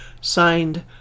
Signed